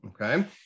okay